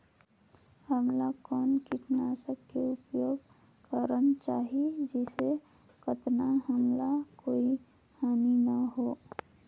हमला कौन किटनाशक के उपयोग करन चाही जिसे कतना हमला कोई हानि न हो?